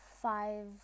five